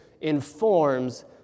informs